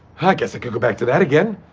i guess i could go back to that again.